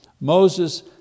Moses